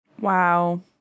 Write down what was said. Wow